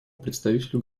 представителю